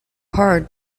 hard